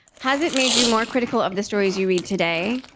has it made you more critical of the stories you read today?